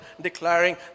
declaring